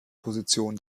position